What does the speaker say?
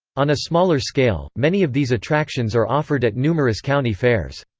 on a smaller scale, many of these attractions are offered at numerous county fairs.